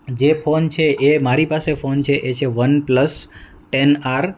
જે ફોન છે એ મારી પાસે ફોન છે એ છે વન પ્લસ ટેન આર